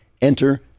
Enter